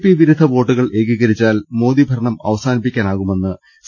P വിരുദ്ധ വോട്ടുകൾ ഏകീകരിച്ചാൽ മോദി ഭരണം അവസാനിപ്പിക്കാനാകുമെന്ന് സി